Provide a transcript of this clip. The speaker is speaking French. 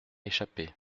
échappé